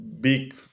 big